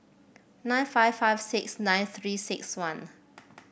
nine five five six nine Three six one